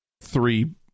three